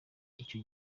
icyo